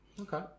Okay